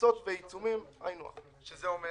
קנסות ועיצומים זה היינו הך, שזה אומר